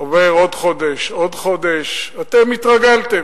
עובר עוד חודש, עוד חודש, אתם התרגלתם.